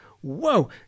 Whoa